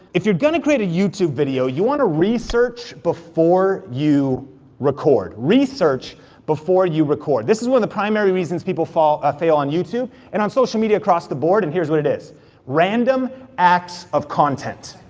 if you're gonna create a youtube video, you want to research before you record. research before you record. this is one of the primary reasons people ah fail on youtube, and on social media across the board, and here's what it is random acts of content.